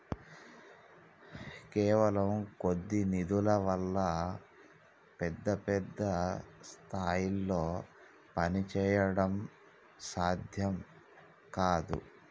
కేవలం కొద్ది నిధుల వల్ల పెద్ద పెద్ద స్థాయిల్లో పనిచేయడం సాధ్యం కాదు